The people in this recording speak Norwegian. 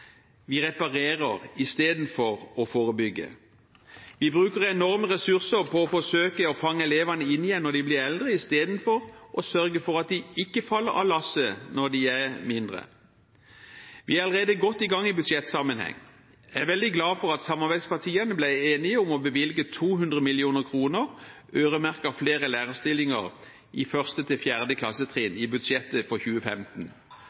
Vi reparerer istedenfor å forebygge. Vi bruker enorme ressurser på å forsøke å fange elevene inn igjen når de blir eldre, istedenfor å sørge for at de ikke faller av lasset når de er mindre. Vi er allerede godt i gang i budsjettsammenheng. Jeg er veldig glad for at samarbeidspartiene ble enige om å bevilge 200 mill. kr øremerket flere lærerstillinger på 1.–4. klassetrinn i budsjettet for 2015.